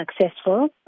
successful